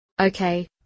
Okay